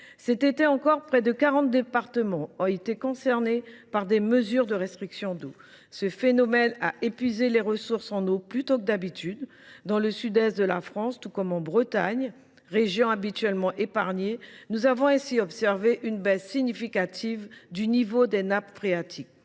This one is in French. Cet été encore, près de quarante départements ont été concernés par des mesures de restriction d’eau, la sécheresse ayant épuisé les ressources en eau plus tôt que d’habitude. Dans le sud est de la France comme en Bretagne, région habituellement épargnée, on a ainsi observé une baisse significative du niveau des nappes phréatiques.